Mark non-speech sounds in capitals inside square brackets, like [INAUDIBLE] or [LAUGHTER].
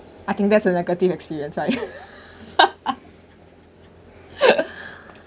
I think that's a negative experience right [LAUGHS]